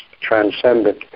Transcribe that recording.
transcendent